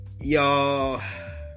y'all